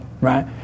right